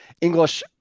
English